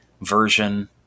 version